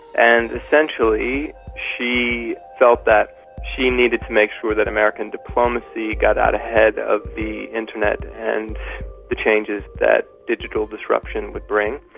and essentially she felt that she needed to make sure that american diplomacy got out ahead of the internet and the changes that digital disruption would bring.